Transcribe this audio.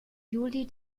juli